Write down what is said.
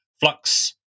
Flux